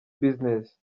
business